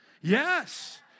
Yes